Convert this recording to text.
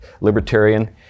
libertarian